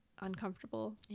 uncomfortable